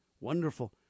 wonderful